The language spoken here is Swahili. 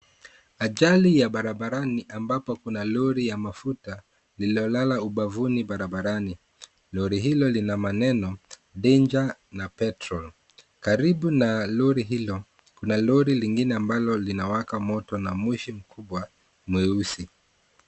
Ajali ya barabarani ambapo kuna lori ya mafuta lililolala ubavuni barabarani. Lori hilo lina maneno danger na petrol. Karibu na lori hilo kuna lori lingine ambalo linawaka moto na moshi mkubwa mweusi.